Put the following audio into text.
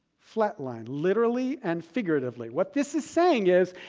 flat line, literally and figuratively. what this is saying is,